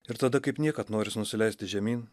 ir tada kaip niekad norisi nusileisti žemyn